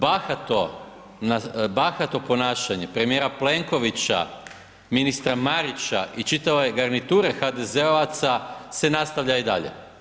Bahato ponašanje premijera Plenkovića, ministra Marića i čitave garniture HDZ-ovaca se nastavlja i dalje.